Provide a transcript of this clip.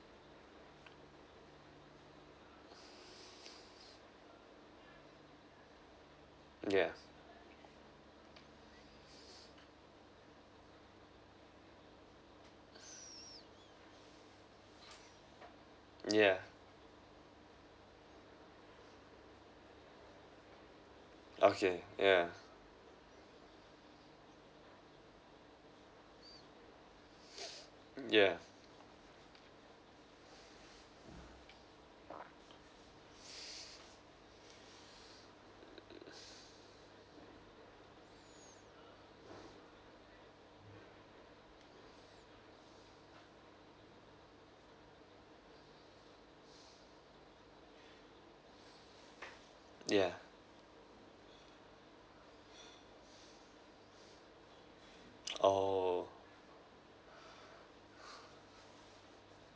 yeah yeah okay yeah yeah yeah oh